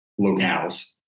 locales